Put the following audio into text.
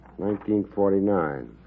1949